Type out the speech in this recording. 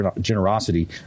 generosity